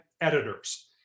editors